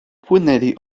płynęli